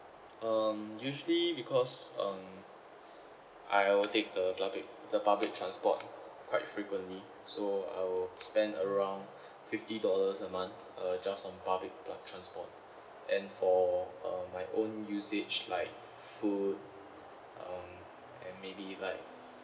um usually because um I will take the public the public transport quite frequently so I will spend around fifty dollars a month uh just on public like transport and for uh my own usage like food um and maybe like